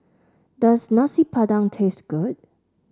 does Nasi Padang taste good